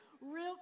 real